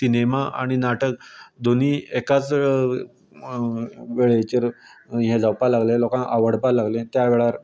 cinema आनी नाटक दोनीं एकाच वेळेचेर यें जावपाक लागले लोकांक आवडपाक लागले त्या वेळार